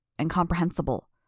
incomprehensible